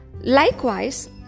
likewise